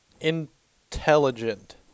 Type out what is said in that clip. intelligent